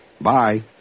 Bye